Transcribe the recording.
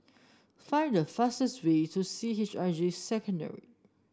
find the fastest way to C H I J Secondary